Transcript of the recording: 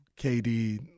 KD